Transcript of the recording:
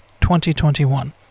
2021